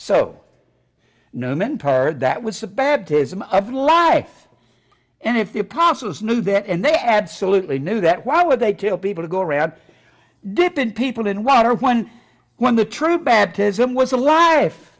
power that was a bad his every lie and if the apostles knew that and they absolutely knew that why would they tell people to go around dip in people in water when when the true baptism was alive